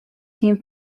team